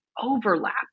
overlap